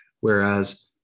whereas